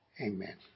Amen